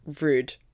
rude